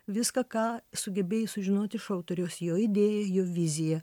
viską ką sugebėjai sužinoti iš autoriaus jo idėją jo viziją